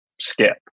skip